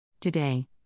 Today